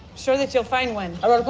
sure that you'll find one i wrote a